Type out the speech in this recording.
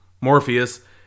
Morpheus